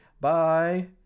Bye